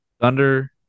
Thunder